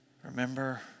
Remember